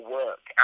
work